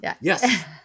yes